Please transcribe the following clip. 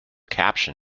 caption